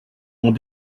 ont